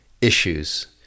issues